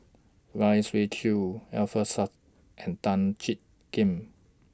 Lai Siu Chiu Alfian Sa'at and Tan Jiak Kim